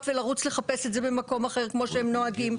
ולרוץ לחפש את זה במקום כמו שהן נוהגות.